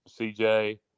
CJ